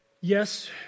yes